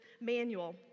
manual